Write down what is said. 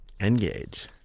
engage